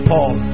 Paul